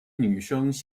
女生